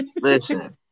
Listen